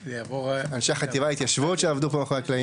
אנשי חטיבת ההתיישבות שעבדו פה מאחורי הקלעים.